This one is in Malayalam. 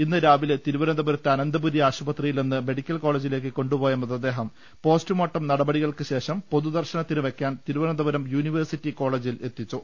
ഇന്ന് രാവിലെ തിരുവനന്തപുരത്തെ അനന്തപുരി ആശുപത്രിയിൽ നിന്ന് മെഡിക്കൽ കോളജിലേക്ക് കൊണ്ടുപോയ മൃതദേഹം പോസ്റ്റ്മോർട്ടം നടപടികൾക്ക് ശേഷം പൊതുദർശനത്തിന് വെക്കാൻ തിരുവനന്തപുരം യൂനിവേഴ്സിറ്റി കോളജിൽ എത്തിച്ചു